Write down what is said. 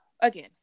again